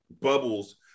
bubbles